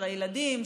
של הילדים,